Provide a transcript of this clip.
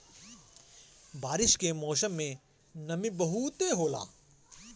बारिश के मौसम में नमी बहुते होला